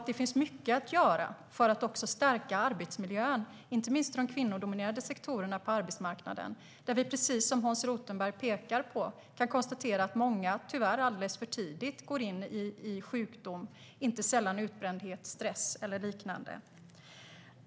Det finns mycket att göra för att stärka arbetsmiljön, inte minst i de kvinnodominerade sektorerna på arbetsmarknaden. Där kan vi, precis som Hans Rothenberg pekar på, konstatera att många tyvärr går in i sjukdom alldeles för tidigt. Det gäller inte sällan utbrändhet, stress eller liknande.